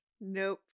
Nope